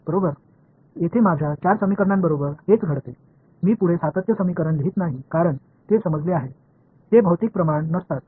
எனவே இங்கே என் நான்கு சமன்பாடுகளுக்கும் இதுதான் நடக்கும் தொடர்ச்சியான சமன்பாட்டை நான் இனி எழுதவில்லை ஏனெனில் அது புரிந்து கொள்ளப்பட்டது